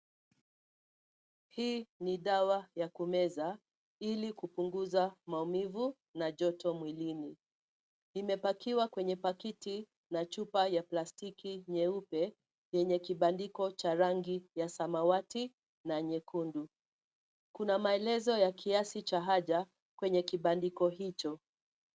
Hii ni dawa ya kumeza ili kupunguza maumivu na joto mwilini. Imepakiwa kwenye pakiti ya chupa ya plastiki nyeupe yenye kibandiko cha rangi ya samawati na nyekundu. Kuna maelezo ya kiasi cha haja kwenye kibandiko hicho.